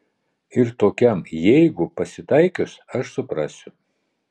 ir tokiam jeigu pasitaikius aš suprasiu